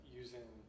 using